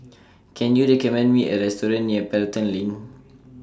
Can YOU recommend Me A Restaurant near Pelton LINK